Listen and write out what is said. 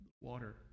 water